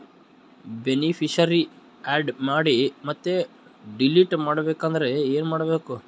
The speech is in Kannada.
ಬೆನಿಫಿಶರೀ, ಆ್ಯಡ್ ಮಾಡಿ ಮತ್ತೆ ಡಿಲೀಟ್ ಮಾಡಬೇಕೆಂದರೆ ಏನ್ ಮಾಡಬೇಕು?